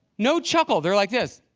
no chuckle. they're like this